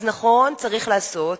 אז נכון, צריך לעשות,